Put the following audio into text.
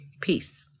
Peace